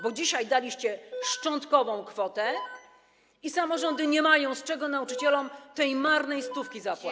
Bo dzisiaj daliście szczątkową kwotę i samorządy nie mają z czego nauczycielom tej marnej stówki zapłacić.